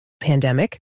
pandemic